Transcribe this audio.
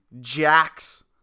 Jax